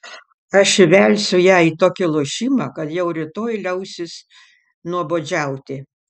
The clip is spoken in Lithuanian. aš įvelsiu ją į tokį lošimą kad jau rytoj liausis nuobodžiauti